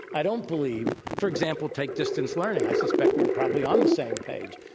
i don't believe for example, take distance learning. i suspect we're probably on the same page.